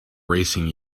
racing